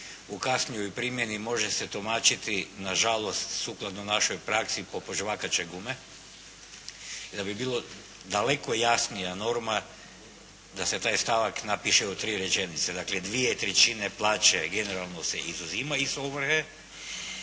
u kasnijoj primjeni može se tumačiti, nažalost sukladno našoj praksi poput žvakače gume i da bi bila daleko jasnija norma da se taj stavak napiše u tri rečenice. Dakle, 2/3 plaće generalno se izuzima iz ovrhe,